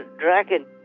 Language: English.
dragon